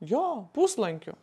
jo puslankiu